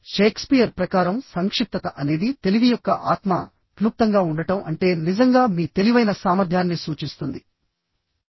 Shakespeare ప్రకారం సంక్షిప్తత అనేది తెలివి యొక్క ఆత్మ క్లుప్తంగా ఉండటం అంటే నిజంగా మీ తెలివైన సామర్థ్యాన్ని సూచిస్తుంది